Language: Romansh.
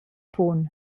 punt